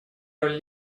роль